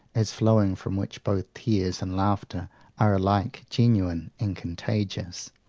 as flowing from which both tears and laughter are alike genuine and contagious.